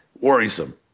worrisome